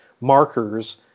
markers